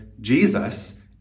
Jesus